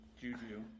Juju